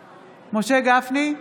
גפני,